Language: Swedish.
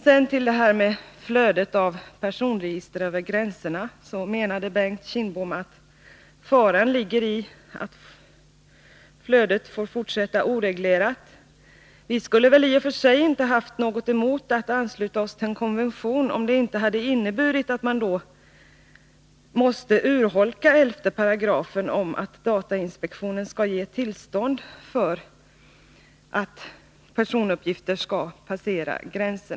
När det sedan gäller flödet av personregister över gränserna menade Bengt Kindbom att faran ligger i att flödet får fortsätta oreglerat. Vi skulle i och för sig inte haft något emot att ansluta oss till en konvention, om det inte hade inneburit en urholkning av 11§, enligt vilken datainspektionen skall ge tillstånd för att personuppgifter skall få passera gränserna.